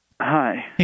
Hi